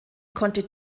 konnte